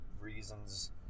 reasons